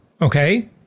okay